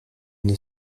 une